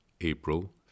April